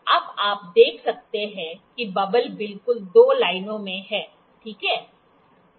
अब आप देख सकते हैं कि बबल बिल्कुल 2 लाइनों में है ठीक है